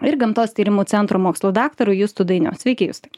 ir gamtos tyrimų centro mokslų daktaru justu dainiu sveiki justai